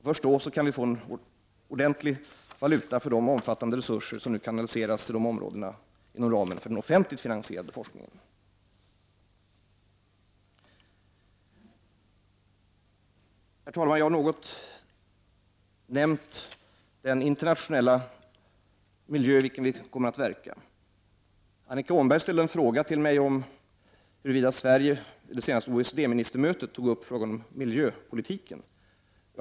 Först då kan vi få en ordentlig valuta för de omfattande resurser som kanaliseras till dessa områden inom ramen för den offentligt finansierade forskningen. Jag har något nämnt den internationella miljö i vilken vi kommer att verka. Annika Åhnberg ställde en fråga till mig huruvida Sverige vid det senaste OECD-mötet tog upp miljöpolitiken.